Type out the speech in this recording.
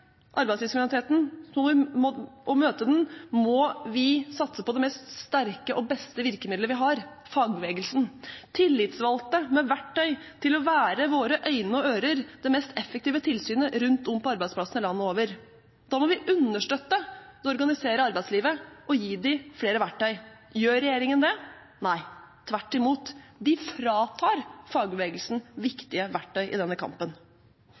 arbeidslivskriminaliteten og møte den må vi satse på det sterkeste og beste virkemidlet vi har: fagbevegelsen. Tillitsvalgte med verktøy til å være våre øyne og ører er det mest effektive tilsynet rundt om på arbeidsplassene landet over. Da må vi understøtte det organiserte arbeidslivet og gi dem flere verktøy. Gjør regjeringen det? Nei, tvert imot. De fratar fagbevegelsen viktige verktøy i denne kampen.